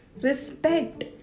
respect